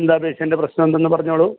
എന്താ പേഷ്യൻ്റിൻ്റെ പ്രശ്നം എന്താണെന്ന് പറഞ്ഞോളൂ